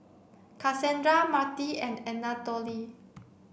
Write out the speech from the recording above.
Cassandra Marti and Anatole